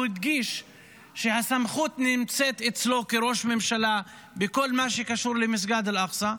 הוא הדגיש שהסמכות נמצאת אצלו כראש ממשלה בכל מה שקשור למסגד אל-אקצא.